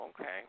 Okay